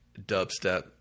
dubstep